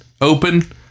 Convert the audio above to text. open